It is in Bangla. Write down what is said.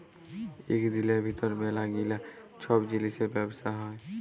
ইক দিলের ভিতর ম্যালা গিলা ছব জিলিসের ব্যবসা হ্যয়